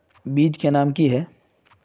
बीज के नाम की है?